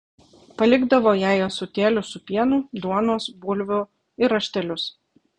palikdavo jai ąsotėlius su pienu duonos bulvių ir raštelius